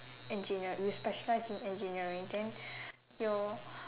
engineering you specialize in engineering then your